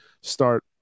start